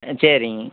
ஆ சரிங்க